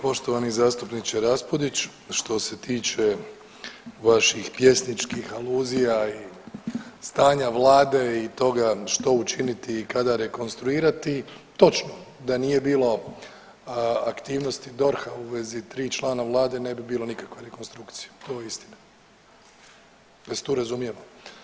Poštovani zastupniče Raspudić, što se tiče vaših pjesničkih aluzija i stanja vlade i toga što učiniti i kada rekonstruirati, točno da nije bilo aktivnosti DORH-a u vezi 3 člana vlade ne bi bilo nikakve rekonstrukcije, to je istina, da se tu razumijemo.